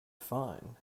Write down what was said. fine